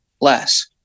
less